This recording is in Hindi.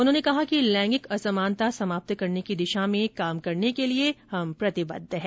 उन्होंने कहा कि लैंगिक असमानता समाप्त करने की दिशा में काम करने के लिए हम प्रतिबद्ध है